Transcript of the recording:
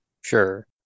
Sure